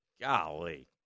golly